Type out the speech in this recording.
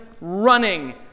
running